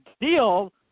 deal